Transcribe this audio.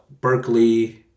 Berkeley